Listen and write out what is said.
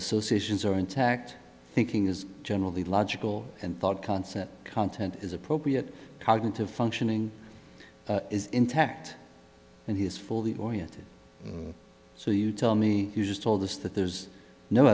associations are intact thinking is generally logical and thought constant content is appropriate cognitive functioning is into act and he is fully oriented so you tell me you just told us that there's no